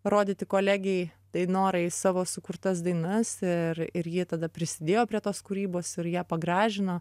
rodyti kolegei dainorai savo sukurtas dainas ir ir ji tada prisidėjo prie tos kūrybos ir ją pagražino